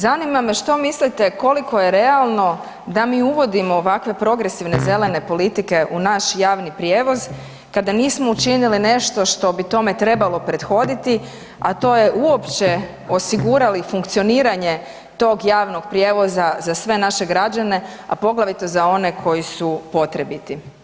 Zanima me što mislite koliko je realno da mi uvodimo ovakve progresivne zelene politike u naš javni prijevoz kada nismo učinili nešto što bi tome trebalo prethoditi a to je uopće osigurali funkcioniranje tog javnog prijevoza za sve naše građane a poglavito za one koji su potrebiti?